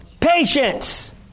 patience